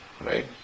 right